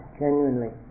genuinely